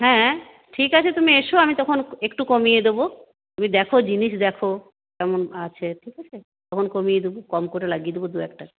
হ্যাঁ ঠিক আছে তুমি এস আমি তখন একটু কমিয়ে দেব তুমি দেখ জিনিস দেখ কেমন আছে ঠিক আছে তখন কমিয়ে দেব কম করে লাগিয়ে দেব দু একটার